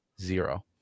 zero